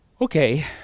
okay